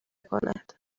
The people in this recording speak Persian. کند